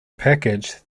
package